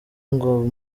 ngo